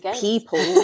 people